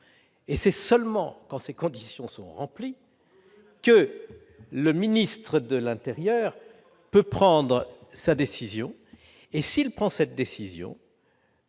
et c'est seulement dans ces conditions sont remplies, que le ministre de l'Intérieur peut prendre sa décision et s'il prend cette décision.